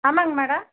ஆமாங்க மேடம்